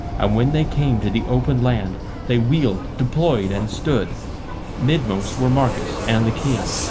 and when they came to the open land they wheeled, deployed and stood midmost were marcus and the king,